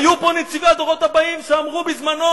היו פה נציבי הדורות הבאים שאמרו בזמנו